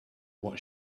what